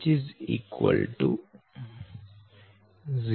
4 0